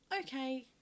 okay